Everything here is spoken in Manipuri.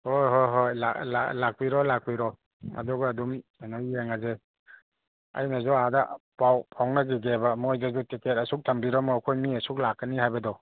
ꯍꯣꯏ ꯍꯣꯏ ꯍꯣꯏ ꯂꯥꯛꯄꯤꯔꯣ ꯂꯥꯛꯄꯤꯔꯣ ꯑꯗꯨꯒ ꯑꯗꯨꯝ ꯀꯩꯅꯣ ꯌꯦꯡꯉꯁꯦ ꯑꯩꯅꯁꯨ ꯑꯥꯗ ꯄꯥꯎ ꯐꯥꯎꯅꯒꯤꯒꯦꯕ ꯃꯣꯏꯗꯁꯨ ꯇꯤꯀꯦꯠ ꯑꯁꯨꯛ ꯊꯝꯕꯤꯔꯝꯃꯣ ꯑꯨꯈꯣꯏ ꯃꯤ ꯑꯁꯨꯛ ꯂꯥꯛꯀꯅꯤ ꯍꯥꯏꯕꯗꯣ